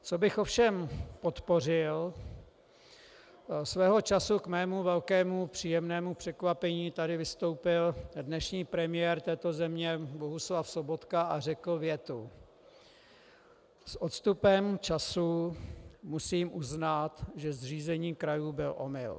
Co bych ovšem podpořil, svého času k mému velkému příjemnému překvapení tady vystoupil dnešní premiér této země Bohuslav Sobotka a řekl větu: S odstupem času musím uznat, že zřízení krajů byl omyl.